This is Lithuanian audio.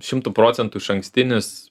šimtu procentų išankstinis